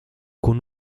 con